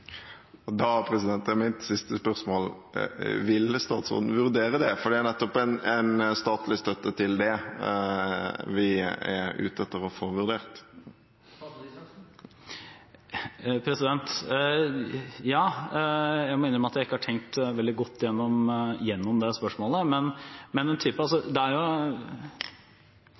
for det er nettopp en statlig støtte til dette vi er ute etter å få vurdert? Jeg må innrømme at jeg ikke har tenkt veldig godt gjennom det spørsmålet. Det er en god intensjon: at man også på skoler hvor det